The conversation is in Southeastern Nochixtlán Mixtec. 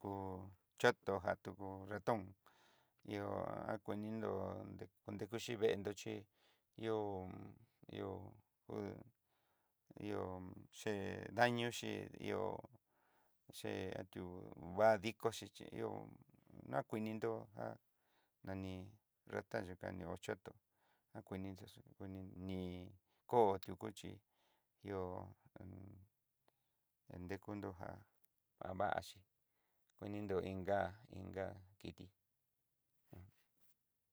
Kú chatú jan tú ratón, ihó akuinindó nre nrekuchí veendó xhí ihó ihó, ché daño xí ihó ché ati'ó va dikoxí ihó na kuii nin ndó ni recta yuka nió chatú akuni xaxú kuini ni ko tu kuchi ihó inkunro já javaxhí kuninró inka inka kití.